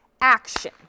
Action